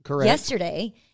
yesterday